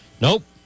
Nope